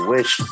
Wish